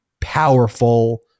powerful